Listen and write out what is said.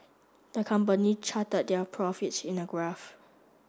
the company charted their profits in a graph